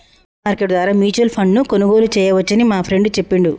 money market ద్వారా mutual ఫండ్ను కొనుగోలు చేయవచ్చని మా ఫ్రెండు చెప్పిండు